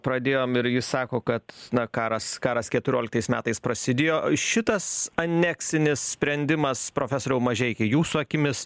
pradėjom ir jis sako kad karas karas keturioliktais metais prasidėjo šitas aneksinis sprendimas profesoriau mažeiki jūsų akimis